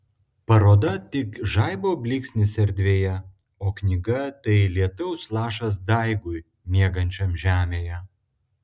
paroda tik žaibo blyksnis erdvėje o knyga tai lietaus lašas daigui miegančiam žemėje